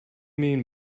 mean